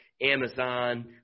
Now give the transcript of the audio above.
Amazon